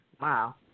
Wow